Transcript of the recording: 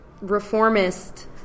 reformist